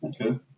Okay